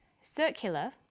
circular